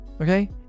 okay